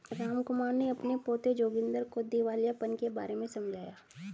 रामकुमार ने अपने पोते जोगिंदर को दिवालियापन के बारे में समझाया